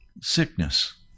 sickness